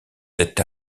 êtes